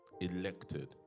elected